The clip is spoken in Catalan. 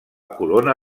corona